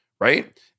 right